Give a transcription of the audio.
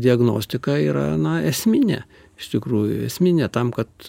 diagnostika yra na esminė iš tikrųjų esminė tam kad